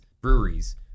breweries